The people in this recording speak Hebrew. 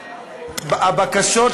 בבקשה.